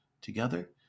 Together